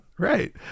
Right